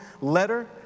letter